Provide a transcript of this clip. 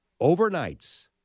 overnights